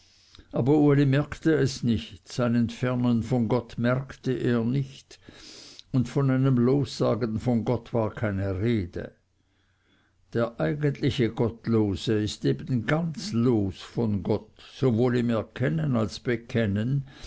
aber uli merkte es nicht sein entfernen von gott merkte er nicht und von einem lossagen von gott war keine rede der eigentliche gottlose ist eben ganz los von gott sowohl im erkennen als bekennen